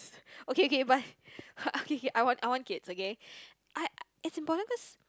okay okay but okay okay I want I want kids okay I it's important cause